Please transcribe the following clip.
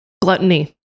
Gluttony